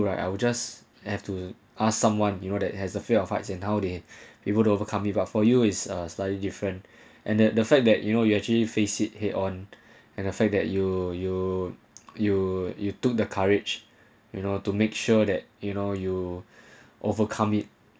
I will just have to ask someone you know that has a fear of heights and how they we would overcome but for you is a slightly different and then the fact that you know you achieve face it head on and the fact that you you you you took the courage you know to make sure that you know you overcome it